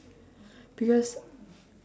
because